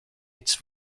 its